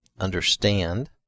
understand